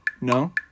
No